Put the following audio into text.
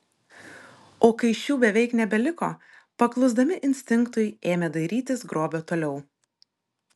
o kai šių beveik nebeliko paklusdami instinktui ėmė dairytis grobio toliau